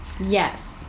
Yes